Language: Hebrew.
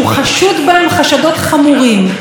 אבל אם אתה כבר מעביר סמכויות,